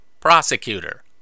prosecutor